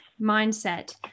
mindset